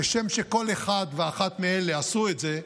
כשם שכל אחד ואחת מאלה עשו את זה,